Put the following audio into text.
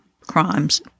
crimes